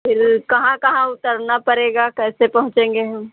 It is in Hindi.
फिर कहाँ कहाँ उतरना पड़ेगा कैसे पहुंचेंगे हम